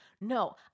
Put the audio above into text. No